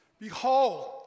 Behold